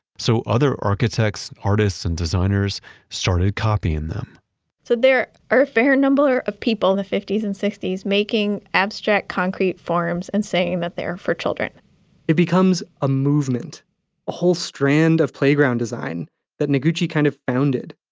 so other architects, artists and designers started copying them so there are a fair number of people in the fifty s and sixty s making abstract concrete forms and saying that they're for children it becomes a movement, a whole strand of playground design that noguchi kind of founded.